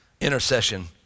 Intercession